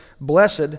Blessed